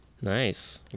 nice